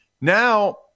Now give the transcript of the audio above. now